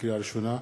לקריאה ראשונה,